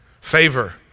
Favor